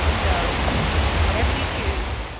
so whatever you choose,